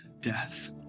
death